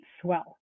swell